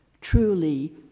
Truly